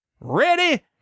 Ready